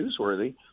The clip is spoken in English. Newsworthy